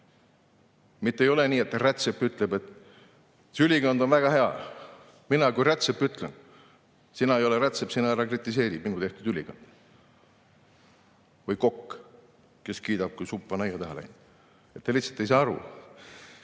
Mitte ei ole nii, et rätsep ütleb: "See ülikond on väga hea, mina kui rätsep ütlen. Sina ei ole rätsep, sina ära kritiseeri minu tehtud ülikonda." Või kokk kiidab, kui supp on aia taha läinud: "Te lihtsalt ei saa aru."